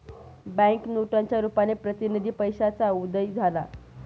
bank नोटांच्या रुपाने प्रतिनिधी पैशाचा उदय झाला